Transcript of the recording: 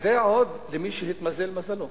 וזה עוד למי שהתמזל מזלו,